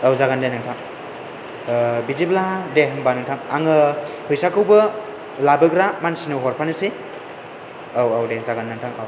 औ जागोन दे नोंथां बिदिब्ला दे होमबा नोंथां आङो फैसाखौबो लाबोग्रा मानसिनो हरफानोसै औ औ दे जागोन नोंथां औ